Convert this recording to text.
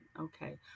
Okay